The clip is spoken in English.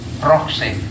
proxy